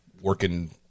working